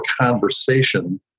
conversation